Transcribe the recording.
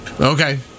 Okay